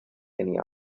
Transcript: any